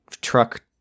truck